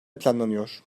planlanıyor